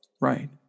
Right